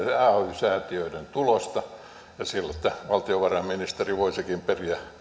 säätiöiden tulosta sieltä valtiovarainministeri voisikin periä